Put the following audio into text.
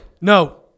No